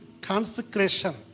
consecration